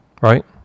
right